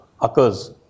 occurs